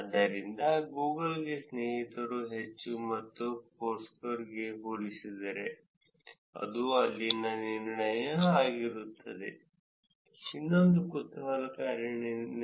ಆದ್ದರಿಂದ ನೀವು Google Plus ಅನ್ನು ನೋಡಿದರೆ ನೀವು ಪರಿಷ್ಕೃತ ಸ್ನೇಹಿತ ಮಾದರಿಗಾಗಿ ಹೋಮ್ ಸಿಟಿಯನ್ನು ಊಹಿಸಲು ಬಯಸುತ್ತೀರಾ ಅದು ನಿಮಿಷ ಮತ್ತು ಗರಿಷ್ಠವನ್ನು ಎಲ್ಲಿ ತೆಗೆದುಹಾಕಲಾಗಿದೆ ಎಂದು ನಾವು ಹೇಳಿದ್ದೇವೆ ಗೂಗಲ್ ಪ್ಲಸ್ ಇವುಗಳನ್ನು ತೆಗೆದುಹಾಕುವ ಹೆಚ್ಚುವರಿ ಪ್ರಯೋಜನಕ್ಕಿಂತ ಉತ್ತಮವಾಗಿ ಕಾರ್ಯನಿರ್ವಹಿಸುತ್ತಿದೆ ಎಂದು ತೋರುತ್ತದೆ